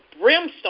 brimstone